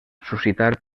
suscitar